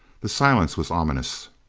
the silence was ominous.